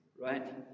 right